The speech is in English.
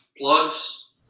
plugs